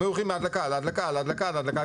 הם היו מהדלקה להדלקה להדלקה להדלקה.